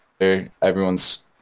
Everyone's